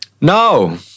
No